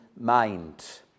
mind